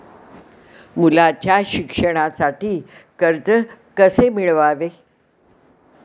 मुलाच्या शिक्षणासाठी कर्ज कसे मिळवावे?